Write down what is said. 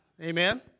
Amen